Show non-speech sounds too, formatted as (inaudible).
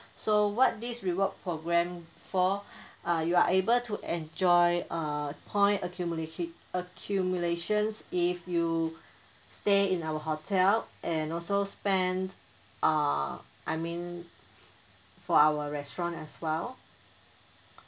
so what this reward program for (breath) uh you are able to enjoy uh point accumulation accumulation if you stay in our hotel and also spent uh I mean for our restaurant as well